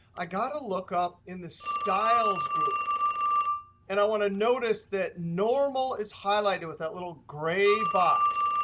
i got to look up in the styles group and i want to notice that normal is highlighted with that little gray box.